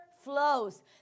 flows